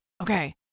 Okay